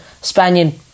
Spaniard